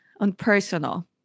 unpersonal